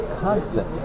constant